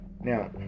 Now